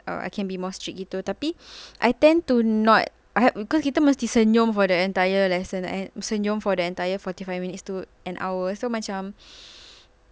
err I can be more strict gitu tapi I tend to not because kita have to senyum for the entire lesson senyum for the entire forty five minutes to an hour so macam